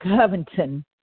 Covington